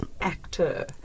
actor